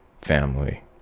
family